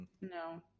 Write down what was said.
no